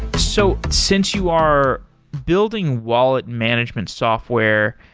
so since you are building wallet management software,